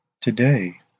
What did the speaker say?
today